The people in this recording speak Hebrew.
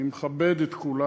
אני מכבד את כולם.